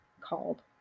called